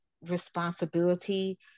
responsibility